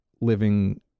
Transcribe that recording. living